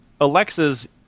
Alexa's